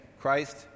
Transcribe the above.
Christ